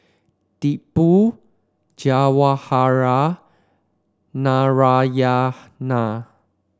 Tipu Jawaharlal and Narayana